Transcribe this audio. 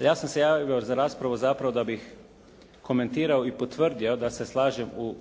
Ja sam se javio za raspravu zapravo da bih komentirao i potvrdio da se slažem u